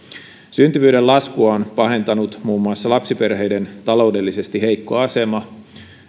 syntyvyyden laskua on pahentanut muun muassa lapsiperheiden taloudellisesti heikko asema